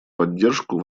поддержку